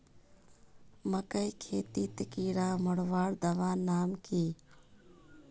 मकई खेतीत कीड़ा मारवार दवा नाम की?